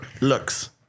looks